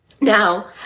Now